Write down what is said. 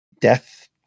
death